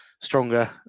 stronger